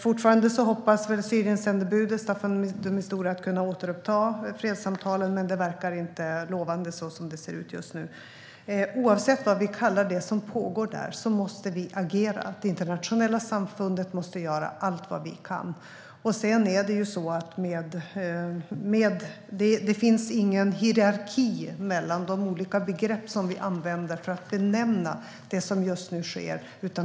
Fortfarande hoppas väl Syriensändebudet Staffan de Mistura att kunna återuppta fredssamtalen, men det verkar inte lovande just nu. Oavsett vad vi kallar det som pågår måste vi agera. Vi i det internationella samfundet måste göra allt vad vi kan. Det finns ingen hierarki mellan de olika begrepp som vi använder för att benämna det som just nu sker.